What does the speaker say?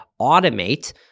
automate